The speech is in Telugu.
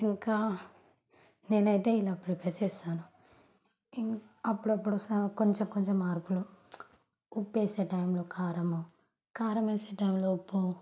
ఇంకా నేనైతే ఇలా ప్రిపేర్ చేస్తాను ఇంకా అప్పుడప్పుడు కొంచెం కొంచెం మార్పులు ఉప్పు వేసే టైంలో కారము కారం వేసే టైంలో ఉప్పు